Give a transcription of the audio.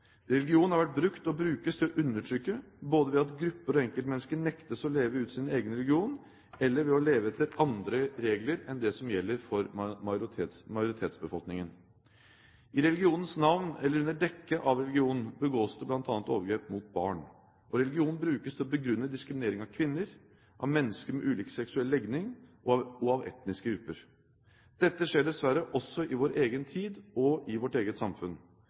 har vært brukt og brukes til å undertrykke ved at grupper og enkeltmennesker nektes å leve ut sin egen religion, eller må leve etter andre regler enn de som gjelder for majoritetsbefolkningen. I religionens navn eller under dekke av religion begås det bl.a. overgrep mot barn. Og religion brukes til å begrunne diskriminering av kvinner, av mennesker med ulik seksuell legning og av etniske grupper. Dette skjer dessverre også i vår egen tid og i vårt eget samfunn,